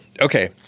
okay